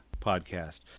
podcast